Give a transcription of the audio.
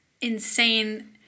insane